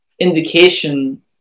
indication